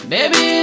Baby